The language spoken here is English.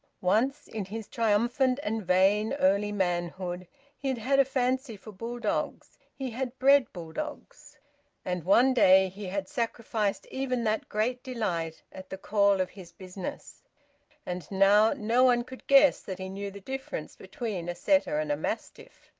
once, in his triumphant and vain early manhood he had had a fancy for bulldogs he had bred bulldogs and one day he had sacrificed even that great delight at the call of his business and now no one could guess that he knew the difference between a setter and a mastiff!